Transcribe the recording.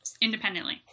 independently